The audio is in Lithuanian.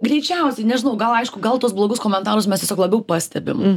greičiausiai nežinau gal aišku gal tuos blogus komentarus mes tiesiog labiau pastebim